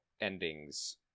endings